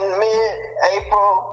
mid-April